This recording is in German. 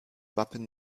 wappen